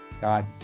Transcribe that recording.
God